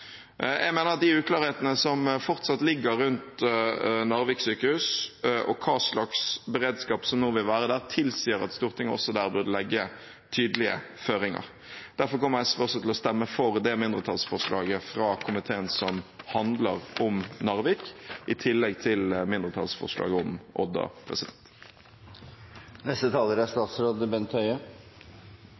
Jeg mener at de uklarhetene som fortsatt ligger rundt Narvik sykehus og hva slags beredskap som nå vil være der, tilsier at Stortinget også der burde legge tydelige føringer. Derfor kommer Sosialistisk Venstreparti til å stemme for det mindretallsforslaget fra komiteen som handler om Narvik, i tillegg til mindretallsforslaget om Odda.